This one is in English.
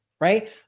right